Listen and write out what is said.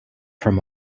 from